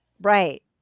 Right